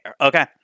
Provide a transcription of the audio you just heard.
Okay